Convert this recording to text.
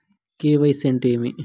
KYC అంటే ఏమి?